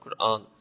Qur'an